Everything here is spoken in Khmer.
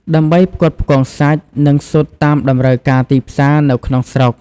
ដើម្បីផ្គត់ផ្គង់សាច់ និងស៊ុតតាមតម្រូវការទីផ្សារនៅក្នុងស្រុក។